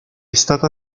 stata